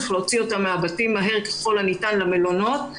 צריך להוציא אותם מהבתים מהר ככל הניתן למלונות.